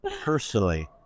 personally